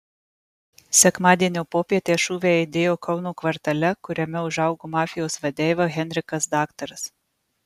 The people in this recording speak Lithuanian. sekmadienio popietę šūviai aidėjo kauno kvartale kuriame užaugo mafijos vadeiva henrikas daktaras